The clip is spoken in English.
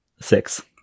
Six